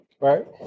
Right